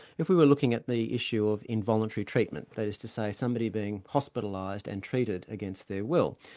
if we were looking at the issue of involuntary treatment, that is to say, somebody being hospitalised and treated against their will.